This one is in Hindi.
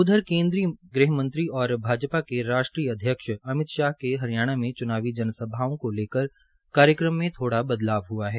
उधर केंद्रीय ग़्हमंत्री और भाजपा के राष्ट्रीय अध्यक्ष अमित शाह के हरियाणा में च्नावी जनसभाओं को लेकर कार्यक्रम में थोड़ा बदलाव हआ है